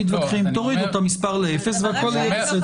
תורידו את המספר ל-0 והכול יהיה בסדר.